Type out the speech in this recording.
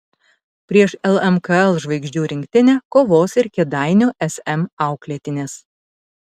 prieš lmkl žvaigždžių rinktinę kovos ir kėdainių sm auklėtinės